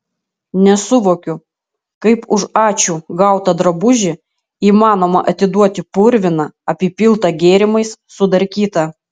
nesuvokiu kaip už ačiū gautą drabužį įmanoma atiduoti purviną apipiltą gėrimais sudarkytą